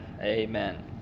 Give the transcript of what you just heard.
amen